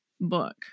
book